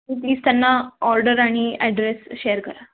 please त्यांना order आणि address share करा